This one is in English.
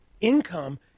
income